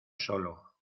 solo